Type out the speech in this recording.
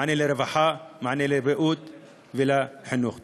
מענה לרווחה, מענה לבריאות ולחינוך.